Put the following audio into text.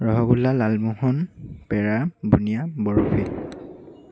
rasgulla lalmohan peda bundiya Barfi